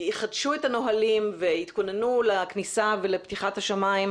יחדשו את הנהלים ויתכוננו לכניסה ולפתיחת השמיים,